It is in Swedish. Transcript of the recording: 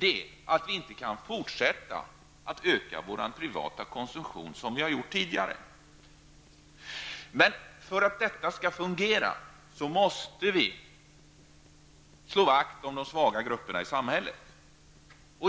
är att vi inte kan fortsätta att öka vår privata konsumtion som vi har gjort tidigare. Men för att detta skall fungera måste vi slå vakt om de svaga grupperna i samhället.